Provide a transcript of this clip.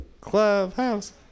Clubhouse